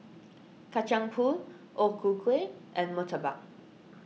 Kacang Pool O Ku Kueh and Murtabak